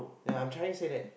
ya I'm trying to say that